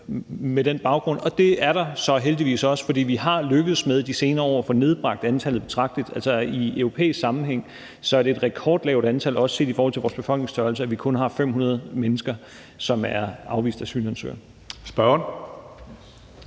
med den baggrund, og det er der så heldigvis også. For vi er lykkedes med de senere år at få nedbragt antallet betragteligt. Altså, i europæisk sammenhæng er det et rekordlavt antal, også set i forhold til vores befolkningsstørrelse, at vi kun har 500 mennesker, som er afviste asylansøgere.